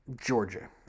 Georgia